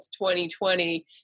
2020